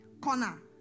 corner